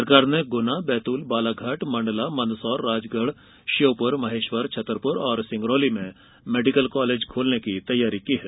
सरकार ने ग्ना बैतूल बालाघाट मंडला मंदसौर राजगढ़ श्योपूर महेश्वर छतरपूर और सिंगरौली में मेडिकल कॉलेज खोलने की तैयारी की है